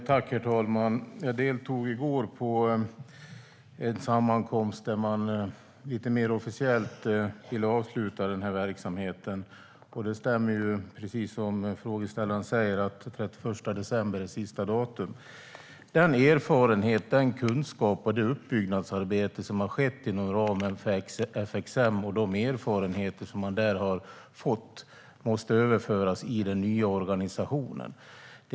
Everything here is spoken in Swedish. Herr talman! Jag deltog i går i en sammankomst där man lite mer officiellt avslutar verksamheten. Det stämmer som frågeställaren säger att den 31 december är sista datum. Den erfarenhet och kunskap som har byggts upp inom ramen för FXM måste föras över till den nya organisationen.